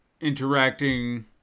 interacting